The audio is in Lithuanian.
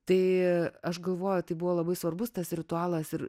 tai aš galvoju tai buvo labai svarbus tas ritualas ir